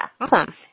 Awesome